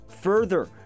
further